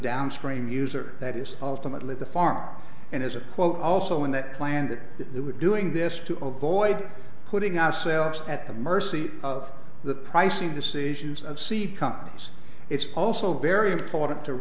downstream user that is ultimately the farm and as a quote also in that plan that they were doing this to avoid putting ourselves at the mercy of the pricing decisions of seed companies it's also very important to